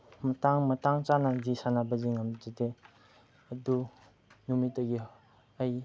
ꯃꯇꯥꯡ ꯃꯇꯥꯡ ꯆꯥꯅꯗꯤ ꯁꯥꯟꯅꯕꯗꯤ ꯉꯝꯖꯗꯦ ꯑꯗꯨ ꯅꯨꯃꯤꯠꯇꯒꯤ ꯑꯩ